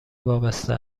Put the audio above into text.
وابسته